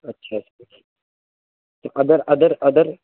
اچھا تو ادر ادر ادر